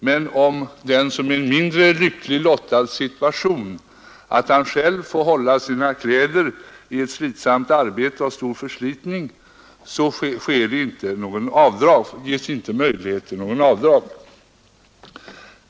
Men den som är i en sådan mindre lyckligt lottad situation att han själv får halla sina kläder i ett tungt arbete med stor förslitning av kläder har inte möjlighet till något avdrag.